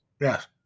Yes